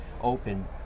Open